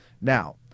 Now